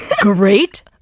great